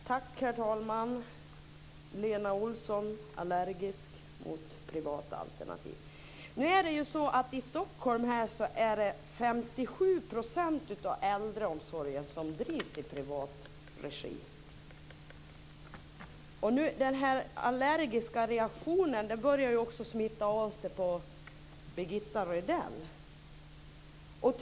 Herr talman! Chatrine Pålsson sade att Lena Olsson är allergisk mot privata alternativ. I Stockholm är det 57 % av äldreomsorgen som drivs i privat regi. Den allergiska reaktionen börjar nu också att smitta av sig till Birgitta Rydell.